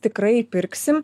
tikrai pirksim